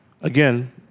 Again